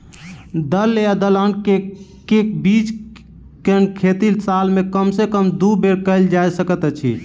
दल या दलहन केँ के बीज केँ खेती साल मे कम सँ कम दु बेर कैल जाय सकैत अछि?